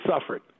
suffered